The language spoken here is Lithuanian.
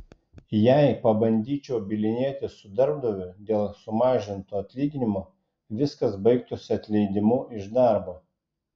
jei pabandyčiau bylinėtis su darbdaviu dėl sumažinto atlyginimo viskas baigtųsi atleidimu iš darbo